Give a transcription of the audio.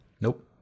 Nope